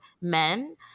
men